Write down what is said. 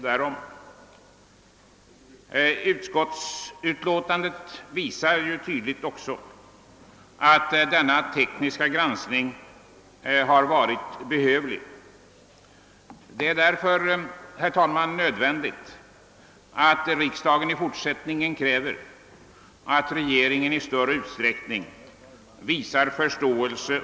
föreslås vara skattepliktig även om fastigheten förvärvats genom arv, testamente eller gåva eller på jämförligt sätt utan vederlag.